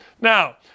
Now